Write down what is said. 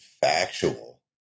factual